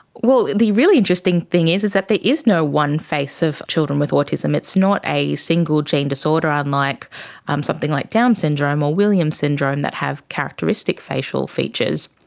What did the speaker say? well, the really interesting thing is is that there is no one face of children with autism. it's not a single gene disorder, um unlike um something like down's syndrome or williams syndrome that have characteristic facial features.